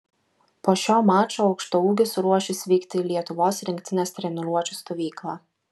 po šio mačo aukštaūgis ruošis vykti į lietuvos rinktinės treniruočių stovyklą